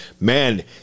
man